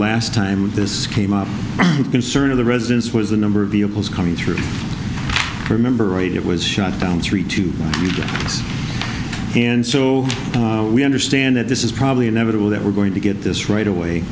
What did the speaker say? last time this came up concern of the residence was the number of vehicles coming through remember right it was shut down three two and so we understand that this is probably inevitable that we're going to get this right away